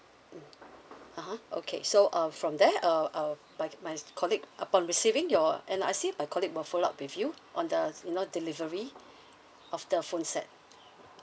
mm (uh huh) okay so uh from there uh uh my my colleague upon receiving your N_R_I_C my colleague will follow up with you on the you know delivery of the phone set